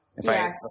Yes